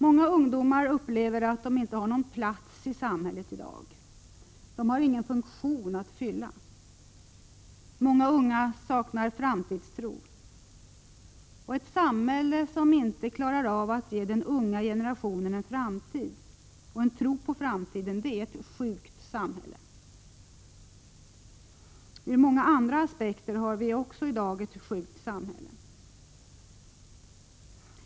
Många ungdomar upplever att de inte har någon plats i samhället i dag. De har ingen funktion att fylla. Många unga saknar framtidstro. Ett samhälle som inte klarar av att ge den unga generationen en framtid och en tro på framtiden är ett sjukt samhälle. Också ur många andra aspekter har vi i dag ett sjukt samhälle.